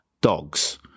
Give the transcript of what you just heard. dogs